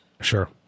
sure